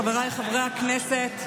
חבריי חברי הכנסת,